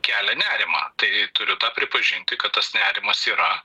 kelia nerimą tai turiu tą pripažinti kad tas nerimas yra